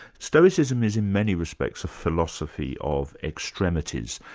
stoicism is in many respects a philosophy of extremities.